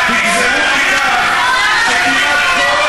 מה הקשר,